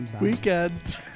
Weekend